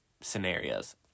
scenarios